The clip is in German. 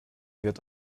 wird